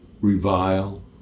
revile